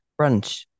Brunch